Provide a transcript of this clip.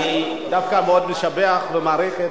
אני דווקא מאוד משבח ומעריך את